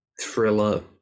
thriller